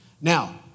Now